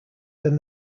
then